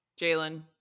Jalen